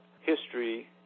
history